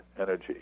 energy